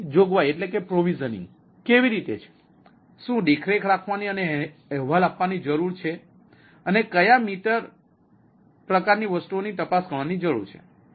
તેથી જોગવાઈ કેવી રીતે છે શું દેખરેખ રાખવાની અને અહેવાલ આપવાની જરૂર છે અને ક્યાં મીટર પ્રકારની વસ્તુઓની તપાસ કરવાની જરૂર છે